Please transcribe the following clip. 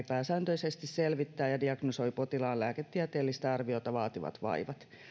pääsääntöisesti lääkäri selvittää ja diagnosoi potilaan lääketieteellistä arviota vaativat vaivat